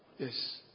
Yes